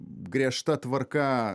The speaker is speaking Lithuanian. griežta tvarka